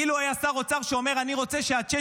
אילו היה שר אוצר שאומר: אני רוצה שה-Chat